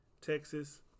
Texas